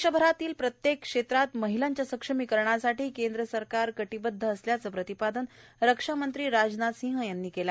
देशभरात प्रत्येक क्षेत्रात महिला सक्षमीकरनासाठी केंद्र सरकार कथिबद्ध असल्याचे प्रतिपादन रक्षा मंत्री राजनाथ सिंह यांनी केलं